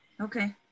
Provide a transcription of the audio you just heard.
Okay